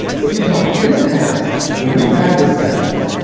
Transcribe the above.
but you tell me in the past when we've had recessions,